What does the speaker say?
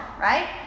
Right